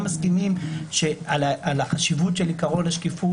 מסכימים על החשיבות של עיקרון השקיפות,